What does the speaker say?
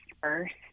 first